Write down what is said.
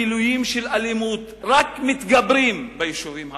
הגילויים של אלימות רק מתגברים ביישובים הערביים,